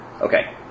Okay